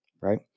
right